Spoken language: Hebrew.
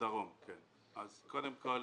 קודם כל,